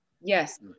Yes